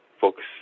focus